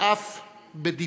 ואף בדיבה.